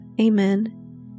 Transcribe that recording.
Amen